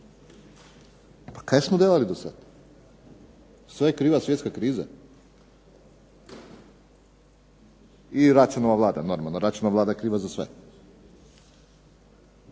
Pa kaj smo delali dosad? Sve je kriva svjetska kriza? I Račanova Vlada normalno, Račanova Vlada je kriva za sve.